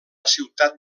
ciutat